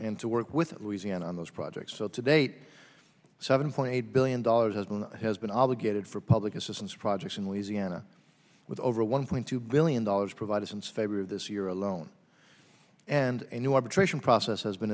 and to work with louisiana on those projects so to date seven point eight billion dollars has been has been obligated for public assistance projects in louisiana with over one point two billion dollars provided since february this year alone and a new arbitration process has been